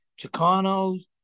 Chicanos